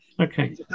Okay